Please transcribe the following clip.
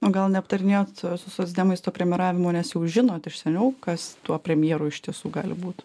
na gal neaptarinėjot su socdemais to premjeravimo nes jau žinot iš seniau kas tuo premjeru iš tiesų gali būt